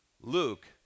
Luke